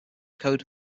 code